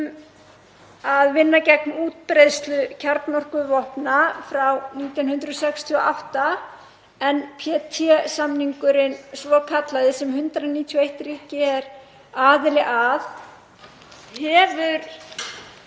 að vinna gegn útbreiðslu kjarnorkuvopna frá 1968, NPT-samningurinn svokallaði, sem 191 ríki er aðili að, hefur